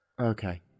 okay